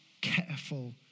careful